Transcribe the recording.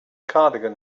cardigan